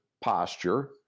posture